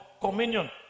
communion